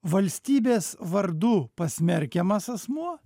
valstybės vardu pasmerkiamas asmuo